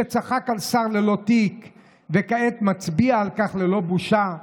שצחק על שר ללא תיק וכעת מצביע על כך ללא בושה.